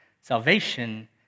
Salvation